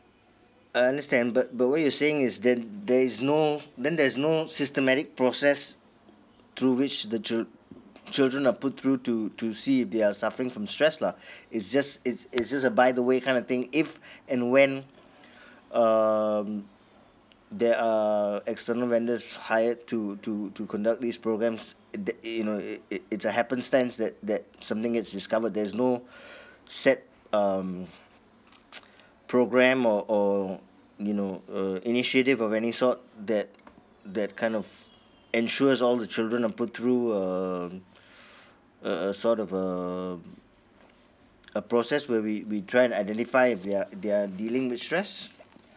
I understand but but what you saying is that there is no then there is no systematic process through which the child children are put through to to see if they are suffering from stress lah it's just it's it's just a by the way kind of thing if and when um there are external vendors hired to to to conduct these programs that it it it's a happen stands that that something it's discovered there's no set um programme or or you know uh initiative of any sort that that kind of ensures all the children are put through um a a sort of um a process where we we try to identify if they are if they are dealing with stress